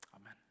Amen